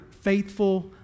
faithful